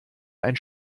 ein